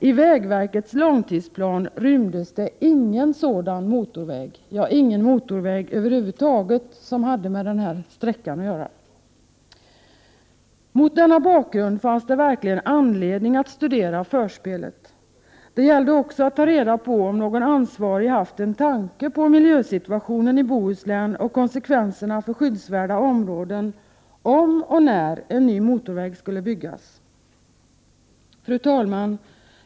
I vägverkets långtidsplan rymdes det ingen sådan motorväg, ja ingen motorväg över huvud taget som hade med denna sträcka att göra. Mot denna bakgrund fanns det verkligen anledning att studera förspelet. Det gällde också att ta reda på om någon ansvarig haft en tanke på miljösituationen i Bohuslän och konsekvenserna för skyddsvärda områden om och när en ny motorväg skulle byggas. Fru talman!